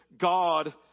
God